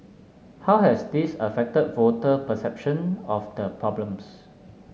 how has this affected voter perception of the problems